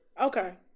Okay